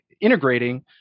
integrating